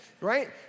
right